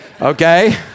okay